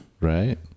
Right